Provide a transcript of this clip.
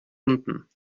unten